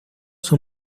sus